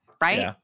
right